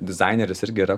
dizaineris irgi yra